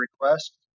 request